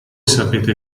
sapete